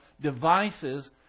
devices